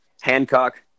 Hancock